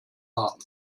haben